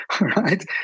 right